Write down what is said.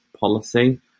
Policy